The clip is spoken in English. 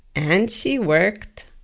and she worked.